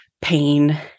pain